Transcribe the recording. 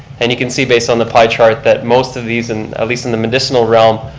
and you can see based on the pie chart that most of these, and at least in the medicinal realm,